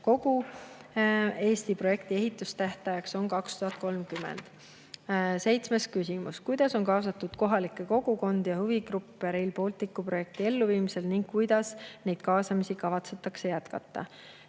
Kogu Eesti projekti ehitustähtajaks on 2030. Seitsmes küsimus: "Kuidas on kaasatud kohalikke kogukondi ja huvigruppe Rail Balticu projekti elluviimisel ning kuidas neid kaasamisi kavatsetakse jätkata?"